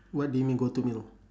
what do you mean go-to meal